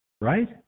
Right